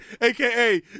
AKA